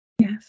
Yes